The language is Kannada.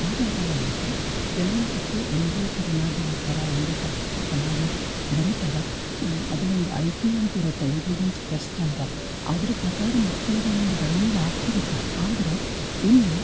ಹಾಗಾದಾಗ ಮಾತ್ರ ಎಲ್ಲ ಮಕ್ಕಳು ಒಂದೇ ತೆರನಾಗಿ ಓದ್ತಾರೆ ಒಂದೇ ತೆರನಾಗಿ ಚೆನ್ನಾಗಿ ಬರೀತಾರೆ ಅದು ಒಂದು ಐ ಕ್ಯೂ ಅಂತಿರುತ್ತೆ ಇಂಟ್ಲಿಜೆನ್ಸ್ ಕ್ವೆಸ್ಟ್ ಅಂತಾರೆ ಅದರ ಪ್ರಕಾರ ಮಕ್ಕಳದು ಒಂದು ಬೆಳವಣಿಗೆ ಆಗ್ತಿರತ್ತೆ ಆದರೆ ಇಲ್ಲಿ